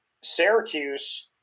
Syracuse